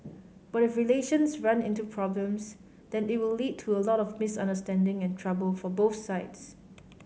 but if relations run into problems then it will lead to a lot of misunderstanding and trouble for both sides